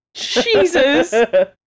Jesus